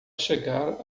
chegar